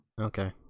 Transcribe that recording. Okay